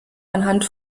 anhand